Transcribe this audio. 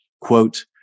quote